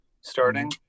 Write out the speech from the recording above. starting